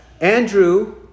Andrew